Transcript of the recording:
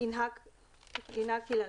ינהג כלהלן: